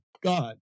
god